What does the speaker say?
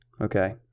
Okay